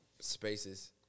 spaces